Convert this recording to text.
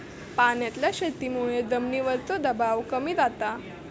पाण्यातल्या शेतीमुळे जमिनीवरचो दबाव कमी जाता